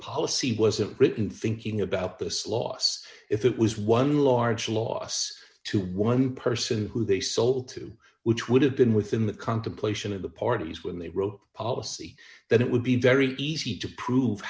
policy wasn't written thinking about this loss if it was one large loss to one person who they sold to which would have been within the contemplation of the parties when they wrote policy that it would be very easy to prove